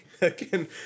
Again